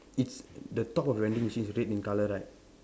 it's the top of vending machine is red in colour right